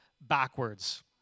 backwards